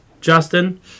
Justin